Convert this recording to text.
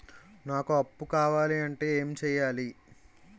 నాకు అప్పు కావాలి అంటే ఎం చేయాలి?